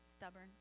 stubborn